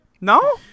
No